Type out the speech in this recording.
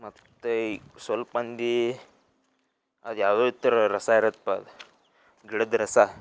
ಮತ್ತು ಸಲ್ಪ ಮಂದಿ ಅದು ಯಾವುದೋ ಈ ಥರ ರಸ ಇರತ್ತಪ್ಪ ಅದು ಗಿಡದ ರಸ